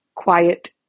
quiet